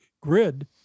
grid